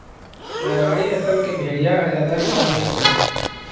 मारवाड़ी नसल के भेड़िया ह जादा बिमार नइ परय